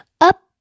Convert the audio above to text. Up